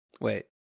Wait